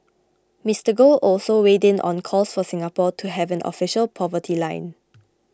Mister Goh also weighed in on calls for Singapore to have an official poverty line